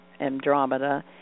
Andromeda